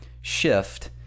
shift